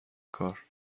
کار